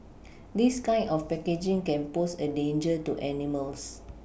this kind of packaging can pose a danger to animals